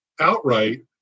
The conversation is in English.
outright